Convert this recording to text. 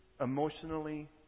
emotionally